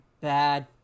bad